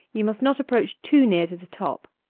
you must not approach too near to the top.